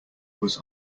was